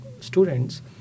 students